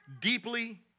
deeply